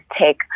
take